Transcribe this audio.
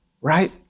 right